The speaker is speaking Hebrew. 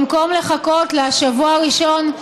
במקום לחכות לשבוע הראשון,